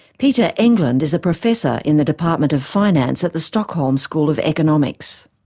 peter englund is a professor in the department of finance at the stockholm school of economics.